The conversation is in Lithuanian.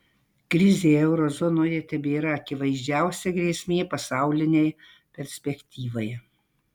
krizė euro zonoje tebėra akivaizdžiausia grėsmė pasaulinei perspektyvai